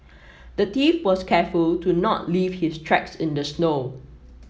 the thief was careful to not leave his tracks in the snow